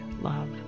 love